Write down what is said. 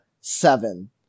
seven